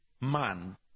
man